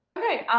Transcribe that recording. alright!